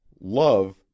Love